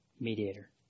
mediator